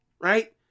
right